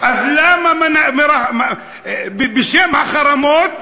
אז למה בשם החרמות